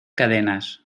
cadenas